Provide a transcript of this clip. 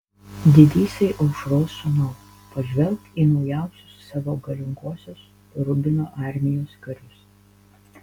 didysai aušros sūnau pažvelk į naujausius savo galingosios rubino armijos karius